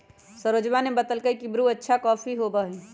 सरोजवा ने बतल कई की ब्रू अच्छा कॉफी होबा हई